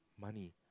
money